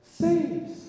saves